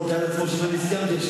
הוא תיאר לעצמו שאם אני סיימתי,